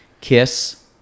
KISS